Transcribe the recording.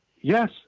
Yes